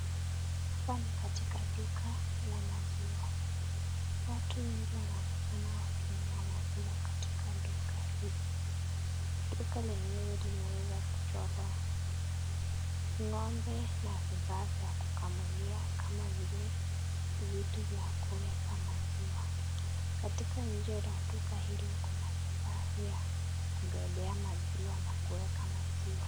Hapa ni katika duka la maziwa. Watu wengi wanaonekana wakinunua maziwa katika duka hili. Duka lenyewe limeweza kuchorwa ng'ombe na vifaa vya kukamulia, kama vile vitu vya kuweka maziwa. Katika nje la duka hili, kuna vifaa vya kubebea maziwa na kuweka maziwa.